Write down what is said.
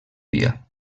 dia